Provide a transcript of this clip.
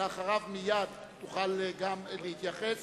אחריו, מייד, תוכל גם להתייחס